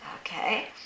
okay